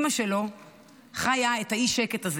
אימא שלו חיה את האי-שקט הזה,